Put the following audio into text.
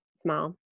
small